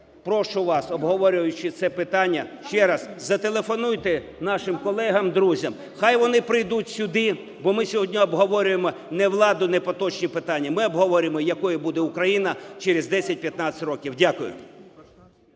прошу вас, обговорюючи це питання, ще раз зателефонуйте нашим колегам друзям, хай вони прийдуть сюди, бо ми сьогодні обговорюємо не владу, не поточні питання, ми обговорюємо якою буде Україна через 10-15 років. Дякую.